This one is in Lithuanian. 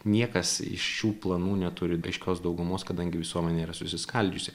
niekas iš šių planų neturi aiškios daugumos kadangi visuomenė yra susiskaldžiusi